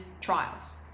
trials